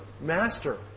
master